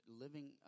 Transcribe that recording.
living